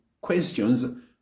questions